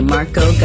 Marco